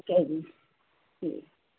ਠੀਕ ਐ ਜੀ ਤੇ